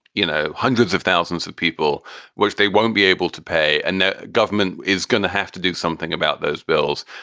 you know, hundreds of thousands of people which they won't be able to pay. and the government is going to have to do something about those bills.